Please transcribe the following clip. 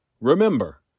Remember